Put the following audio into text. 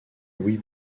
louis